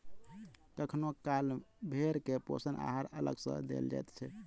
कखनो काल भेंड़ के पोषण आहार अलग सॅ देल जाइत छै